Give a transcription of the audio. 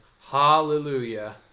hallelujah